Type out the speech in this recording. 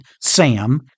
Sam